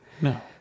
No